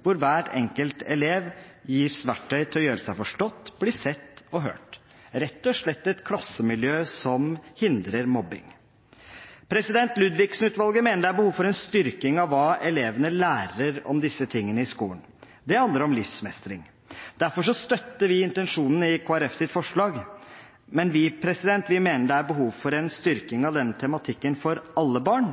hvor hver enkelt elev gis verktøy til å gjøre seg forstått, bli sett og hørt – rett og slett et klassemiljø som hindrer mobbing. Ludvigsen-utvalget mener det er behov for en styrking av hva elevene lærer om disse tingene i skolen. Det handler om livsmestring. Derfor støtter vi intensjonen i Kristelig Folkepartis forslag, men vi mener det er behov for en styrking av denne tematikken for alle barn,